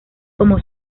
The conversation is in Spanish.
como